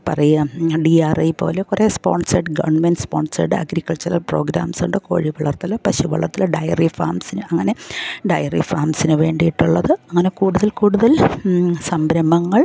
പറയുക D R I പോലെ കുറേ sponsored government sponsors agricultural programmes ഉണ്ട് കോഴിവളർത്തൽ പശുവളർത്തൽ ഡയറി ഫാംസിന് അങ്ങനെ ഡയറി ഫാംസിന് വേണ്ടിയിട്ടുള്ളത് അങ്ങനെ കൂടുതൽ കൂടുതൽ സംരംഭങ്ങൾ